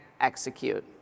execute